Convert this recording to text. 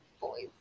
boys